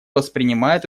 воспринимает